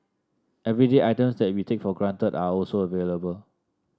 everyday items that we take for granted are also available